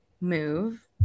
move